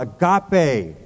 agape